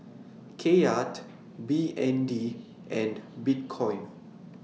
Kyat B N D and Bitcoin